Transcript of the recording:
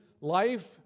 life